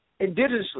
indigenously